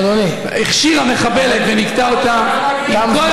הכשירה מחבלת וניקתה אותה, תם זמנך.